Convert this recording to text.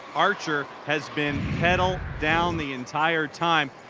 archer has been pedal down the entire time.